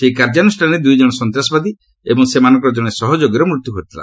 ସେହି କାର୍ଯ୍ୟାନୁଷ୍ଠାନରେ ଦୁଇ ଜଣ ସନ୍ତାସବାଦୀ ଏବଂ ସେମାନଙ୍କର ଜଣେ ସହଯୋଗୀର ମୃତ୍ୟୁ ଘଟିଥିଲା